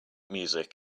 music